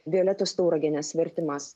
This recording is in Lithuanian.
violetos tauragienės vertimas